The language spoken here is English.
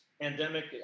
pandemic